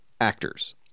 actors